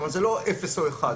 כלומר, זה לא אפס או אחד.